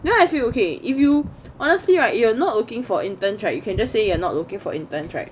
then I feel okay if you honestly right you're not looking for interns right you can just say you're not looking for interns